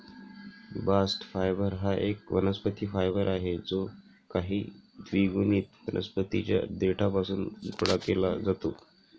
bast fibre हा एक वनस्पती फायबर आहे जो काही द्विगुणित वनस्पतीं च्या देठापासून गोळा केला जातो